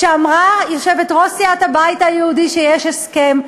כפי שאמרה יושבת-ראש סיעת הבית היהודי שיש הסכם?